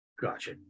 Gotcha